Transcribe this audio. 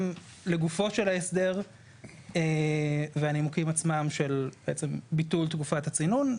גם לגופו של ההסדר והנימוקים עצמם של ביטול תקופת הצינון,